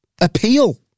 Appeal